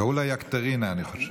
קראו לה יקטרינה, אני חושב.